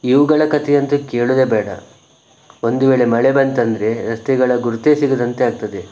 ಇವುಗಳ ಕಥೆಯಂತೂ ಕೇಳುವುದೇ ಬೇಡ ಒಂದು ವೇಳೆ ಮಳೆ ಬಂತೆಂದರೆ ರಸ್ತೆಗಳ ಗುರುತೇ ಸಿಗದಂತೆ ಆಗ್ತದೆ